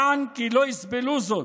יען כי לא יסבלו זאת.